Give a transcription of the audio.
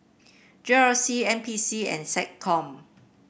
G R C N P C and SecCom